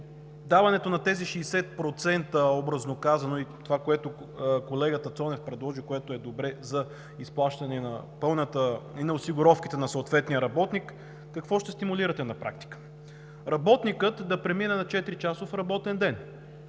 даването на тези 60%, образно казано – това, което колегата Цонев предложи, което е добре за изплащане на осигуровките на съответния работник, какво ще стимулирате на практика? Работникът да премине на 4-часов работен ден,